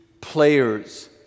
players